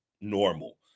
normal